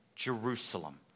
Jerusalem